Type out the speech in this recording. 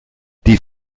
die